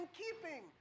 keeping